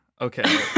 Okay